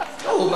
הוא לא בצום?